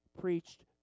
preached